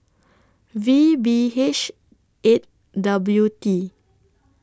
V B H eight W T